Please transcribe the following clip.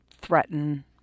threaten